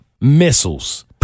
missiles